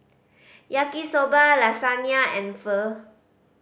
Yaki Soba Lasagna and Pho